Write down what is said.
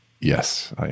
yes